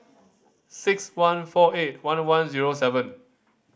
six one four eight one one zero seven